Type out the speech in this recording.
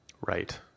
right